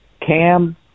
Cam